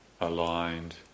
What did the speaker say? aligned